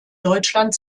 deutschland